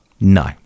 No